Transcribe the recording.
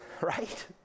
Right